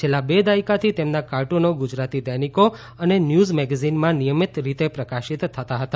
છેલ્લા બે દાયકાથી તેમના કાર્ટુનો ગુજરાતી દૈનિકો અને ન્યુઝ મેગેઝીનમાં નિયમિત રીતે પ્રકાશિત થતા હતા